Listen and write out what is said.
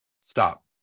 stop